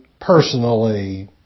personally